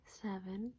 seven